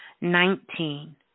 Nineteen